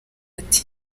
ati